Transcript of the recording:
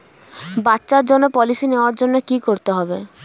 বাচ্চার জন্য পলিসি নেওয়ার জন্য কি করতে হবে?